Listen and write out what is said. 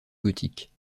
gothique